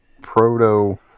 proto